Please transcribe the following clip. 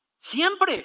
Siempre